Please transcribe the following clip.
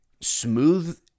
smooth